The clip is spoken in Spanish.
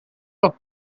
los